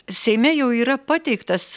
seime jau yra pateiktas